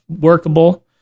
workable